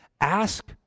ask